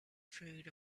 food